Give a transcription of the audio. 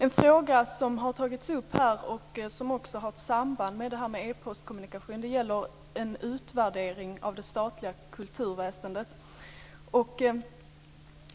En fråga som har tagits upp här och som också har ett samband med e-postkommunikationen gäller en utvärdering av det statliga kulturväsendet.